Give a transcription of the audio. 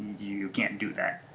you can't do that.